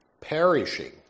perishing